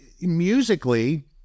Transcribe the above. musically